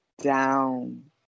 down